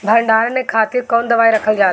भंडारन के खातीर कौन दवाई रखल जाला?